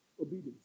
obedience